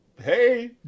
Hey